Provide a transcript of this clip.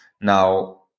Now